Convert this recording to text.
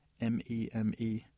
M-E-M-E